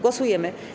Głosujemy.